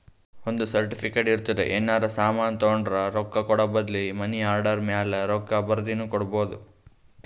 ಒಂದ್ ಸರ್ಟಿಫಿಕೇಟ್ ಇರ್ತುದ್ ಏನರೇ ಸಾಮಾನ್ ತೊಂಡುರ ರೊಕ್ಕಾ ಕೂಡ ಬದ್ಲಿ ಮನಿ ಆರ್ಡರ್ ಮ್ಯಾಲ ರೊಕ್ಕಾ ಬರ್ದಿನು ಕೊಡ್ಬೋದು